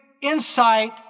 insight